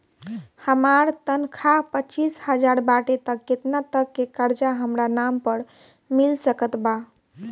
हमार तनख़ाह पच्चिस हज़ार बाटे त केतना तक के कर्जा हमरा नाम पर मिल सकत बा?